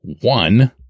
One